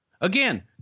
Again